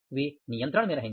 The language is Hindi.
वे नियंत्रण में रहेंगे